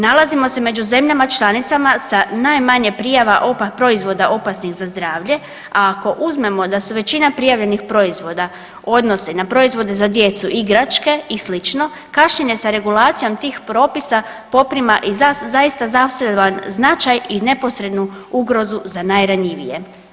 Nalazimo se među zemljama članicama sa najmanje prijava proizvoda opasnih za zdravlje, a ako uzmemo da su većina prijavljenih proizvoda odnose na proizvode za djecu, igračke i slično, kašnjenje sa regulacijom tih propisa poprima i zaista zaseban značaj i neposrednu ugrozu za najranjivije.